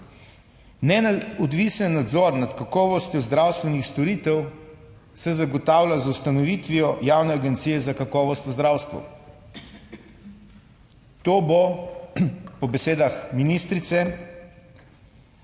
Neodvisen nadzor nad kakovostjo zdravstvenih storitev se zagotavlja z ustanovitvijo javne agencije za kakovost v zdravstvu. To bo po besedah ministrice vitka